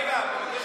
רגע, אני מבקש